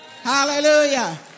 Hallelujah